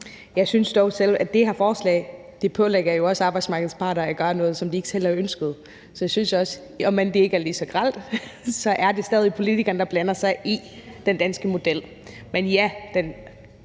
om store bededag. Det her forslag pålægger jo også arbejdsmarkedets parter at gøre noget, som de ikke selv har ønsket. Så jeg synes også, at om end det ikke er lige så grelt, er det stadig politikerne, der blander sig i den danske model. Men ja, der